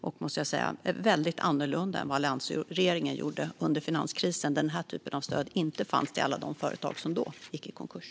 Jag måste säga att vi arbetar väldigt annorlunda än vad alliansregeringen gjorde under finanskrisen, då den här typen av stöd inte fanns till alla de företag som då gick i konkurs.